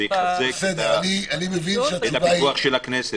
זה יחזק את הפיקוח של הכנסת,